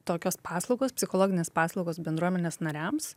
tokios paslaugos psichologinės paslaugos bendruomenės nariams